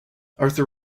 arthur